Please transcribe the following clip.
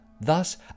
Thus